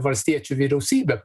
valstiečių vyriausybė